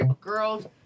girls